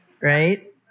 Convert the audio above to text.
right